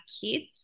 kids